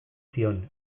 zion